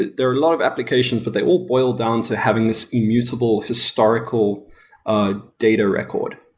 there are a lot of applications, but they all boil down to having this immutable historical ah data record,